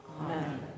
amen